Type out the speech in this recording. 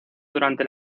durante